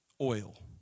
oil